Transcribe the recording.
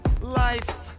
Life